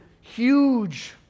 huge